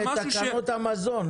יש לנו תקנות המזון.